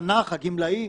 הנח והגמלאי,